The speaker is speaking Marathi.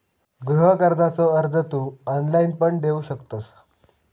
गृह कर्जाचो अर्ज तू ऑनलाईण पण देऊ शकतंस